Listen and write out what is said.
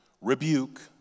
rebuke